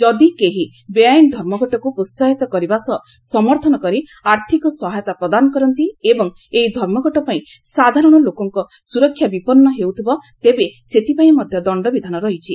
ଯଦି କେହି ବେଆଇନ ଧର୍ମଘଟକୁ ପ୍ରୋହାହିତ କରିବା ସହ ସମର୍ଥନ କରି ଆର୍ଥକ ସହାୟତା ପ୍ରଦାନ କରନ୍ତି ଏବଂ ଏହି ଧର୍ମଘଟ ପାଇଁ ସାଧାରଣ ଲୋକଙ୍ଙ ସୁରକ୍ଷା ବିପନ୍ ହେଉଥିବ ତେବେ ସେଥିପାଇଁ ମଧ୍ଧ ଦଣ୍ଡବିଧାନ ରହିଛି